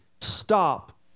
stop